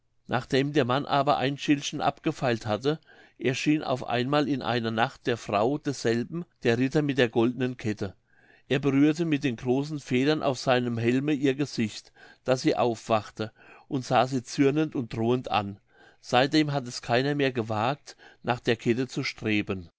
nachdem der mann aber ein schildchen abgefeilt hatte erschien auf einmal in einer nacht der frau desselben der ritter mit der goldenen kette er berührte mit den großen federn auf seinem helme ihr gesicht daß sie aufwachte und sah sie zürnend und drohend an seitdem hat es keiner mehr gewagt nach der kette zu streben